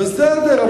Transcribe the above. בסדר,